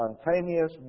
spontaneous